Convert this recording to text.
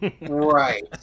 right